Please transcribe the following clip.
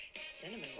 cinnamon